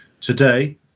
Today